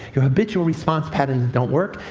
your habitual response patterns don't work.